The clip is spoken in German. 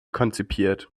konzipiert